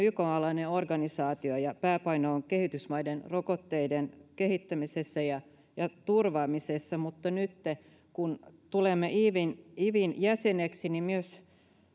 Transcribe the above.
ykn alainen organisaatio ja pääpaino on kehitysmaiden rokotteiden kehittämisessä ja ja turvaamisessa mutta nytten kun tulemme ivin ivin jäseneksi myös